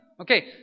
Okay